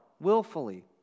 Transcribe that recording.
Willfully